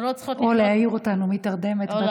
או להעיר אותנו מתרדמת,